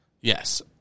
Yes